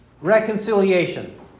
reconciliation